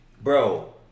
Bro